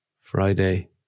Friday